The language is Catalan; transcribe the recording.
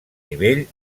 nivell